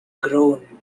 groan